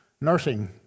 nursing